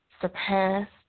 surpassed